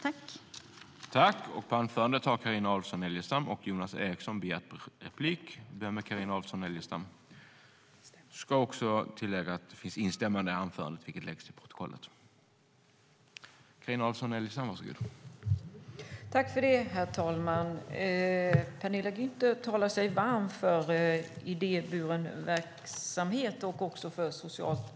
I detta anförande instämde Mats Odell .